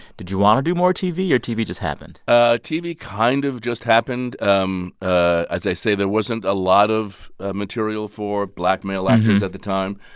did you want to do more tv, or tv just happened? ah tv kind of just happened. um ah as i say, there wasn't a lot of material for black male actors at the time,